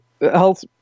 health